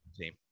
team